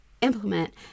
implement